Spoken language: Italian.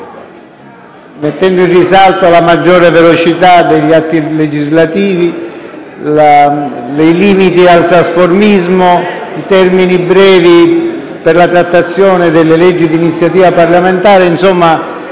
mettendo in risalto la maggiore velocità degli atti legislativi, i limiti al trasformismo e i termini brevi per la trattazione delle leggi di iniziativa parlamentare. Ai senatori